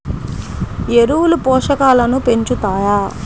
ఎరువులు పోషకాలను పెంచుతాయా?